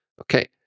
Okay